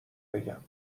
بگم